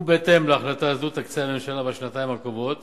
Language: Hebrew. ובהתאם להחלטה זו תקצה הממשלה בשנתיים הקרובות